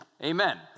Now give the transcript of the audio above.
Amen